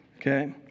okay